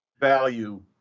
value